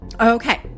Okay